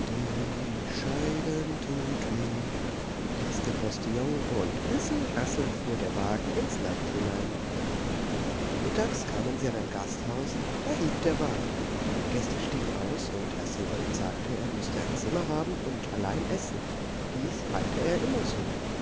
scheiden tut weh blies der postillion und rissel rassel fuhr der wagen ins land hinein mittags kamen sie an ein gasthaus da hielt der wagen die gäste stiegen aus und herr severin sagte er müßte ein zimmer haben und allein essen dies halte er immer so